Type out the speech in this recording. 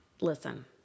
Listen